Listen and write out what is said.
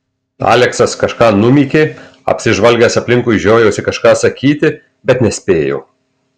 aleksas kažką numykė apsižvalgęs aplinkui žiojosi kažką sakyti bet nespėjo